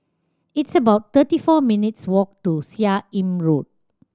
it's about thirty four minutes walk to Seah Im Road